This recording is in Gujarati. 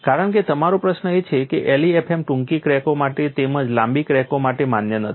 કારણ કે તમારો પ્રશ્ન એ છે કે LEFM ટૂંકી ક્રેકો માટે તેમજ લાંબી ક્રેકો માટે માન્ય નથી